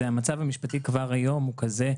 המצב המשפטי כבר היום הוא כזה,